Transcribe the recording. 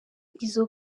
izo